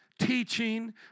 Teaching